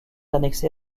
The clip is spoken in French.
annexé